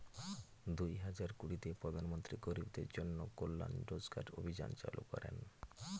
দুই হাজার কুড়িতে প্রধান মন্ত্রী গরিবদের জন্য কল্যান রোজগার অভিযান চালু করেন